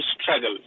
struggle